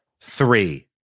Three